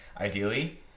Ideally